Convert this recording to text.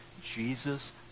Jesus